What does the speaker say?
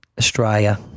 australia